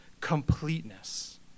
completeness